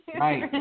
Right